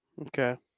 Okay